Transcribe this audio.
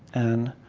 and